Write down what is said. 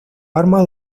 arma